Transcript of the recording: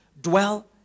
dwell